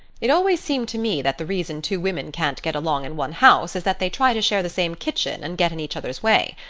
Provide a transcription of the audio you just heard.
it always seemed to me that the reason two women can't get along in one house is that they try to share the same kitchen and get in each other's way.